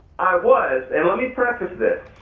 i was and let me preface this,